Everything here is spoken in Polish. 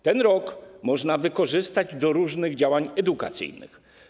Ten rok można wykorzystać do różnych działań edukacyjnych.